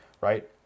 right